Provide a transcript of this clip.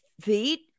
feet